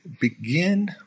begin